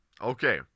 Okay